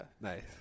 Nice